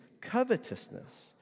covetousness